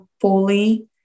fully